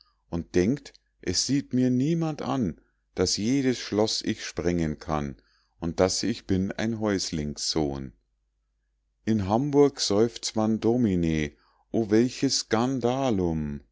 und denkt es sieht mir niemand an daß jedes schloß ich sprengen kann und daß ich bin ein häuslingssohn in hamburg seufzt man domine o welches skandalum